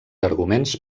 arguments